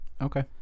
Okay